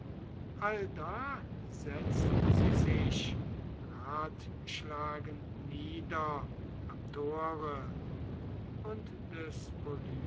allda setzten sie sich ratschlagend nieder am tore und des